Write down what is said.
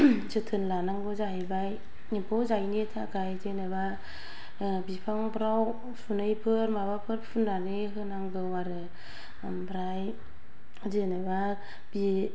जोथोन लानांगौ जाहैबाय एमफौ जायैनि थाखाय जेनेबा बिफांफोराव सुनैफोर माबाफोर फोननानै होनांगौ आरो ओमफ्राय जेनेबा